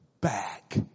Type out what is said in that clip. back